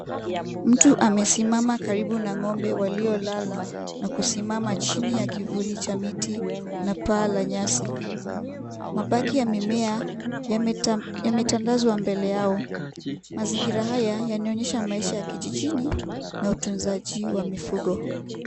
Mtu amesimama karibu na ng'ombe waliolala na kusimama chini ya kivuli cha miti na paa la nyasi. Mabaki yamemea, yametandazwa mbele yao. Mazingira haya yanaonyesha maisha ya kijijini na utunzaji wa mifugo.